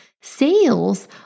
sales